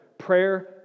Prayer